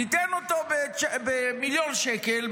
ניתן אותו במיליון שקל,